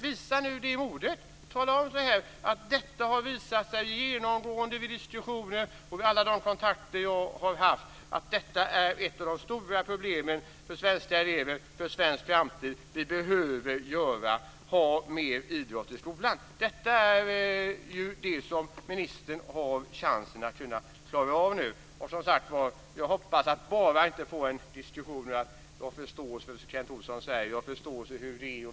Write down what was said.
Visa nu det modet! Tala om att det genomgående vid de diskussioner och alla de kontakter ministern har haft har visat sig att detta är ett av de stora problemen för svenska elever och svensk framtid. Vi behöver ha mer idrott i skolan. Det har ministern nu chansen att klara av. Jag hoppas att inte bara få en diskussion där ministern säger: Jag har förståelse för det Kent Olsson säger. Jag har förståelse för hur det är.